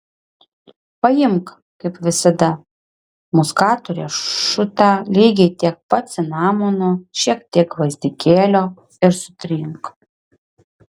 paimk kaip visada muskato riešutą lygiai tiek pat cinamono šiek tiek gvazdikėlio ir sutrink